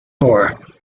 four